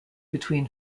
between